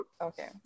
Okay